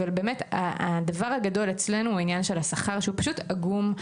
אבל באמת הדבר הגדול אצלנו הוא העניין של השכר שהוא פשוט עגום.